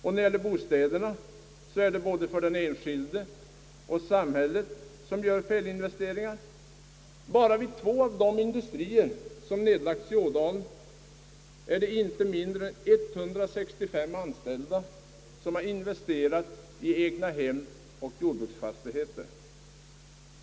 Och när det gäller bostäderna, så är det både den enskilde och samhället som gör felinvesteringar. Bara vid två av de industrier som nedlagts i Ådalen är det inte mindre än 165 anställda som investerat i egna hem och jordbruksfastigheter.